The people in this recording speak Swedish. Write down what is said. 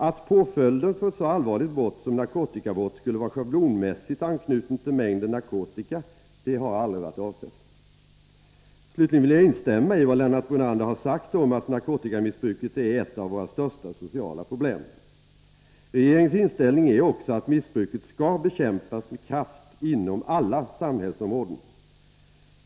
Att påföljden för ett så allvarligt brott som narkotikabrott skulle vara schablonmässigt anknuten till mängden narkotika har aldrig varit avsett. Slutligen vill jag instämma i vad Lennart Brunander har sagt om att narkotikamissbruket är ett av våra största sociala problem. Regeringens inställning är också att missbruket skall bekämpas med kraft inom alla samhällsområden.